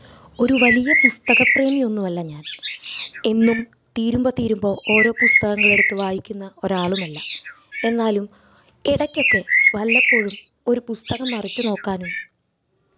ഒരു വലിയ പുസ്തകപ്രേമിയൊന്നുമല്ല ഞാൻ എന്നും തീരുമ്പോൾ തീരുമ്പോൾ ഓരോ പുസ്തകങ്ങൾ എടുത്തു വായിക്കുന്ന ഒരാളുമല്ല എന്നാലും ഇടയ്ക്കൊക്കെ വല്ലപ്പോഴും ഒരു പുസ്തകം മറിച്ച് നോക്കാനും